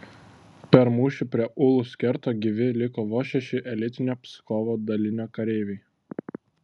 per mūšį prie ulus kerto gyvi liko vos šeši elitinio pskovo dalinio kareiviai